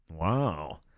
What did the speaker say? wow